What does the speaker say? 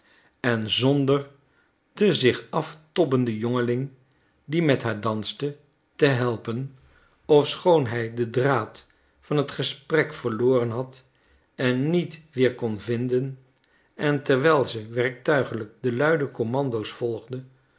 en zonder den zich aftobbenden jongeling die met haar danste te helpen ofschoon hij den draad van het gesprek verloren had en niet weer kon vinden en terwijl ze werktuigelijk de luide commando's volgde